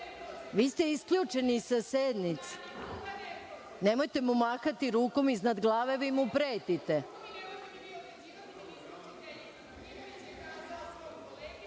ste isključeni sa sednice. Nemojte mu mahati rukom iznad glave. Vi mu pretite.(Tatjana